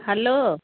hello